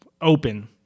open